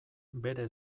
bere